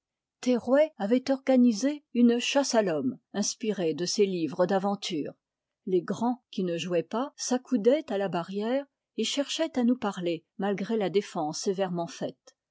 avait organisé une chasse à l'homme inspirée de ses livres d'aventures les grands qui ne jouaient pas s'accoudaient à la barrière et cherchaient à nous parler malgré la défense sévèrement faite